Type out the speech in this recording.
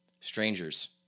strangers